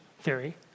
theory